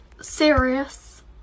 serious